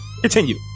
Continue